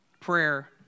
prayer